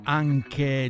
anche